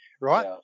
right